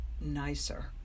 nicer